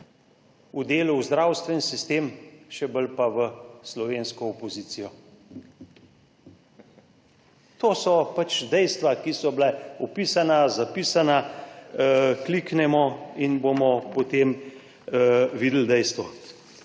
V delu, v zdravstveni sistem, še bolj pa v slovensko opozicijo. To so pač dejstva, ki so bila vpisana, zapisana, kliknemo in bomo, potem videli dejstvo.